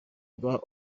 bwa